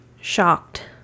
shocked